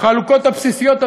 בחלוקות הבסיסיות,